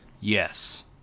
Yes